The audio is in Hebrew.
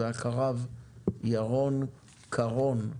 אחריו ירון קרון,